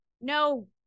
no